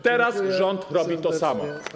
Teraz rząd robi to samo.